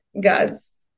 God's